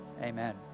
Amen